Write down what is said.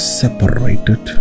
separated